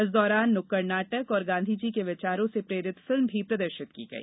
इस दौरान नुक्कड़ नाटक और गाँधी जी के विचारों से प्रेरित फिल्म भी प्रदर्शित की गई